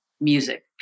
music